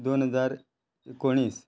दोन हजार एकुणीस